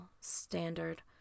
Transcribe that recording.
standard